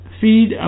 feed